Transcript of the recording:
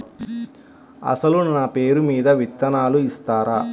అసలు నా పేరు మీద విత్తనాలు ఇస్తారా?